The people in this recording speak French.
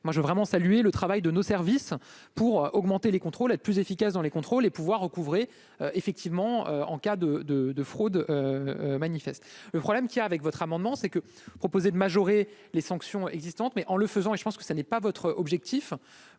moi j'ai vraiment salué le travail de nos services pour augmenter les contrôles, être plus efficace dans les contrôles et pouvoir recouvrer effectivement en cas de de de fraude manifeste le problème qui a, avec votre amendement c'est que proposait de majorer les sanctions existantes mais en le faisant et je pense que ça n'est pas votre objectif